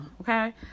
okay